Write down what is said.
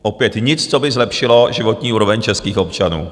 Opět nic, co by zlepšilo životní úroveň českých občanů.